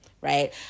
right